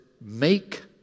Make